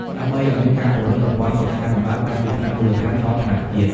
ដើម្បីឲ្យមានការពង្រឹងប្រព័ន្ធសុខាភិបាល តាំងពីថ្នាក់មូលដ្ឋានដល់ថ្នាក់ជាតិ។